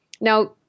Now